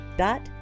dot